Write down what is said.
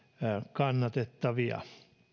kannatettavia